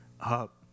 up